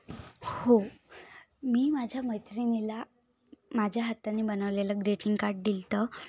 हो मी माझ्या मैत्रिणीला माझ्या हाताने बनवलेलं ग्रीटिंग कार्ड दिलं होतं